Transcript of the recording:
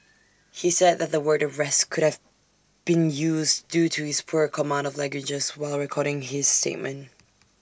he said the word arrest could have been used due to his poor command of languages while recording his statement